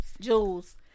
Jules